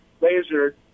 Laser